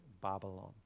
Babylon